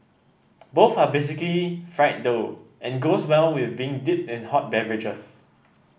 both are basically fried dough and goes well with being dipped in hot beverages